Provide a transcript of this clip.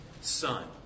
son